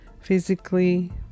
physically